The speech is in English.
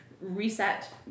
reset